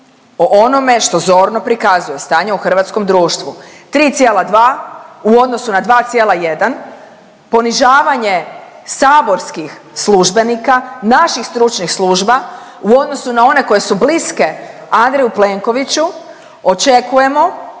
o onome što zorno prikazuje stanje u hrvatskom društvu 3,2 u odnosu na 2,1, ponižavanje saborskih službenika, naših stručnih služba u odnosu na one koje su bliske Andreju Plenkoviću očekujemo